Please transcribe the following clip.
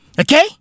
Okay